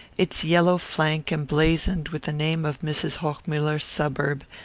its yellow flank emblazoned with the name of mrs. hochmuller's suburb,